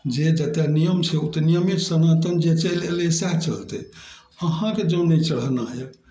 जे जतय नियम छै ओतऽ नियम सनातन जे चलि एलै सएह चलतय अहाँके जँ नहि चढ़ाना यऽ